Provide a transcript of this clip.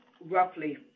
roughly